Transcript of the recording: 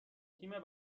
تیم